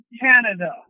Canada